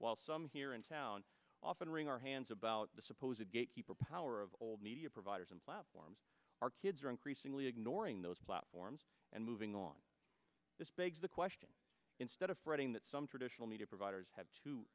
while some here in town often wring our hands about the supposed a gatekeeper power of old media providers and platforms our kids are increasingly ignoring those platforms and moving on this begs the question instead of fretting that some traditional media providers have too